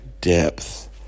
depth